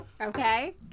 Okay